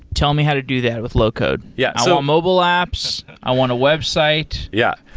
tell me how to do that with low code. yeah i want mobile apps, i want a website yeah.